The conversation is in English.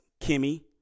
Kimmy